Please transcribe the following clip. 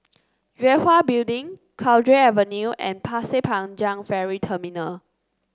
Yue Hwa Building Cowdray Avenue and Pasir Panjang Ferry Terminal